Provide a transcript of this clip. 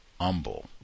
humble